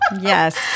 Yes